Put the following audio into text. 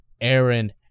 Aaron